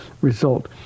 result